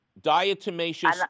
diatomaceous